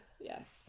Yes